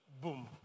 boom